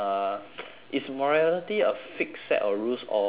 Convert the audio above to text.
is morality a fixed set of rules or do